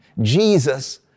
Jesus